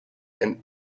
and